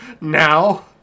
Now